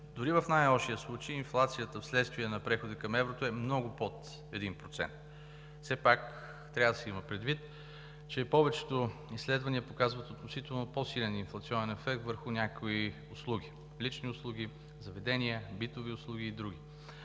Дори в най-лошия случай инфлацията, вследствие на прехода към еврото, е много под 1%. Все пак трябва да се има предвид, че повечето изследвания показват относително по-силен инфлационен ефект върху някои услуги: лични и битови услуги, заведения и други,